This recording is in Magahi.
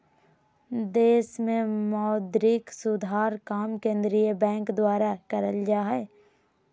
देश मे मौद्रिक सुधार काम केंद्रीय बैंक द्वारा करल जा हय